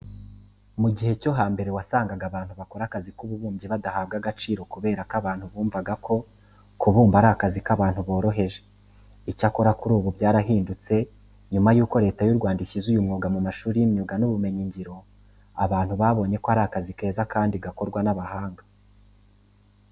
Mu gihe cyo hambere wasangaga abantu bakora akazi k'ububumbyi badahabwa agaciro kubera ko abantu bumvaga ko kubumba ari akazi k'abantu boroheje. Icyakora kuri ubu byarahindutse nyuma yuko Leta y'u Rwanda ishyize uyu mwuga mu mashuri y'imyuga n'ubumenyingiro, abantu babonyeko ari akazi keza kandi gakorwa n'abahanga.